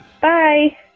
Bye